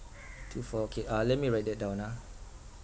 two four K uh let me write that down ah